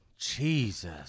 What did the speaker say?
Jesus